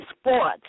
sports